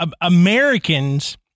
Americans